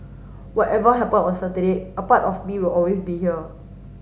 whatever happen on Saturday a part of me will always be here